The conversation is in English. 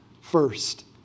first